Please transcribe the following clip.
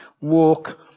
walk